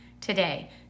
today